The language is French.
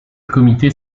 comités